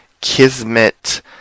kismet